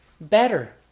better